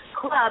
club